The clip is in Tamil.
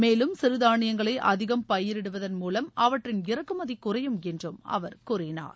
மேலும் சிறுதானியங்களை அதிகம் பயிரிடுவதன் மூலம் அவற்றின் இறக்குமதி குறையும் என்று அவர் கூறினார்